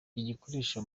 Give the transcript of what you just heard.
bikoreshwa